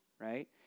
right